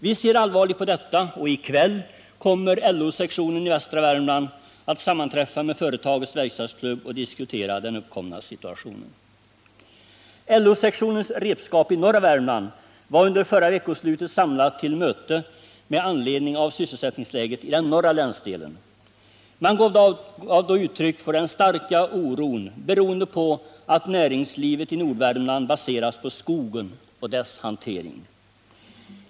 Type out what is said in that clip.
Vi ser allvarligt på detta, och i kväll kommer LO sektionen i västra Värmland att sammanträffa med företagets verkstadsklubb och diskutera den uppkomna situationen. LO-sektionens representantskap i norra Värmland var under förra veckoslutet samlat till möte med anledning av sysselsättningsläget i den norra länsdelen. Man gav då uttryck för den starka oron beroénde på att näringslivet i Nordvärmland baseras på skogen och dess hantering.